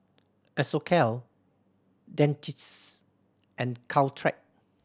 Isocal Dentiste and Caltrate